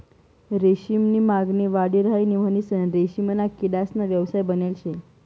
रेशीम नी मागणी वाढी राहिनी म्हणीसन रेशीमना किडासना व्यवसाय बनेल शे